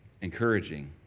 encouraging